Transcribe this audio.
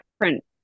different